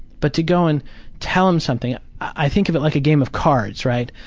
but to go and tell him something i think of it like a game of cards, right?